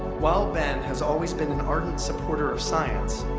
while ben has always been an ardent supporter of science,